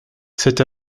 cette